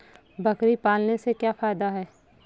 बकरी पालने से क्या फायदा है?